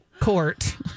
court